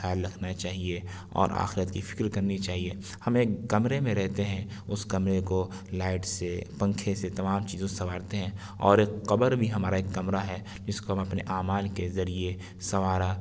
خیال رکھنا چاہیے اور آخرت کی فکر کرنی چاہیے ہم ایک کمرے میں رہتے ہیں اس کمرے کو لائٹ سے پنکھے سے تمام چیزوں سے سنوارتے ہیں اور اک قبر بھی ہمارا ایک کمرہ ہے اس کو ہم اپنے اعمال کے ذریعے سنوارا